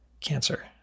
cancer